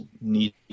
need